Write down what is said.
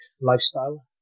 lifestyle